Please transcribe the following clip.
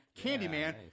Candyman